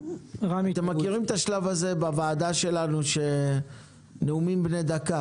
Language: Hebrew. אתם מכירים את השלב הזה בוועדה הזה שלנו של נאומים בני דקה,